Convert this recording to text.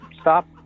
stop